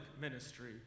ministry